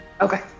Okay